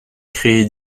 créé